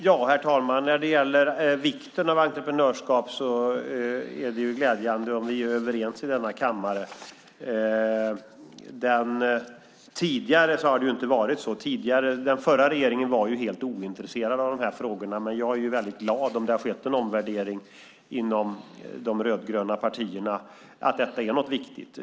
Herr talman! När det gäller vikten av entreprenörskap är det glädjande om vi är överens i denna kammare. Tidigare var det inte så. Den förra regeringen var helt ointresserad av de här frågorna. Men jag blir väldigt glad om det skett en omvärdering i de rödgröna partierna så att man nu tycker att detta är viktigt.